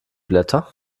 blätter